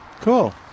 Cool